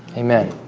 amen